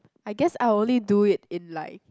I guess I only do it in like